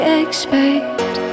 expect